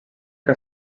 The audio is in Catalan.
que